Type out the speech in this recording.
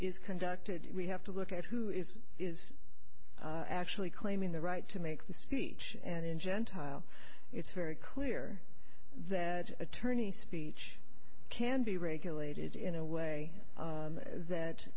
is conducted we have to look at who is is actually claiming the right to make the speech and in gentile it's very clear that attorney speech can be regulated in a way that